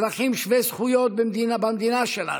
אזרחים שווי זכויות במדינה שלנו,